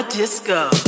Disco